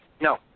No